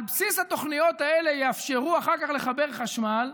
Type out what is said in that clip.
על בסיס התוכניות האלה יאפשרו אחר כך לחבר חשמל,